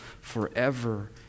forever